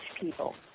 people